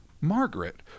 Margaret